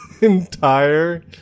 entire